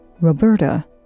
Roberta